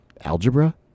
algebra